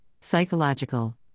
psychological